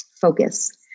focus